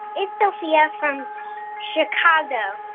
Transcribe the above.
it's sophia from chicago.